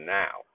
now